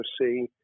see